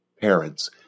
parents